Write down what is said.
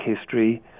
history